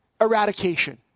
eradication